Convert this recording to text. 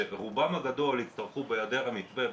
שרובם הגדול יצטרכו בהיעדר המתווה,